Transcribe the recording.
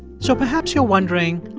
so perhaps you're wondering,